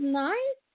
nice